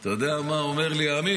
אתה יודע מה אומר לי עמית?